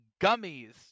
gummies